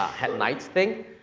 headlights thing,